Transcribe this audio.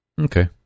Okay